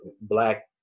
black